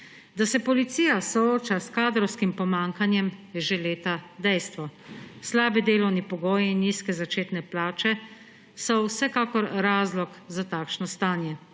Da se policija sooča s kadrovskim pomanjkanjem, je že leta dejstvo. Slabi delovni pogoji in nizke začetne plače so vsekakor razlog za takšno stanje.